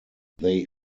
they